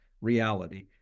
reality